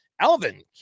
Alvin